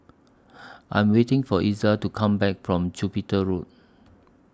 I Am waiting For Iza to Come Back from Jupiter Road